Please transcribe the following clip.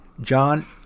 john